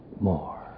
more